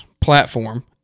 platform